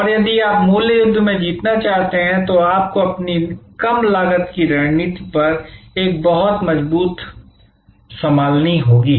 और यदि आप मूल्य युद्ध में जीतना चाहते हैं तो आपको अपनी कम लागत की रणनीति पर एक बहुत मजबूत संभालना होगा